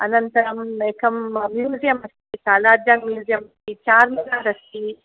अनन्तरम् एकं म्यूसियम् अस्ति शालाजर् म्यूसियम् इति चार्मिनार् अस्ति